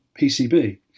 PCB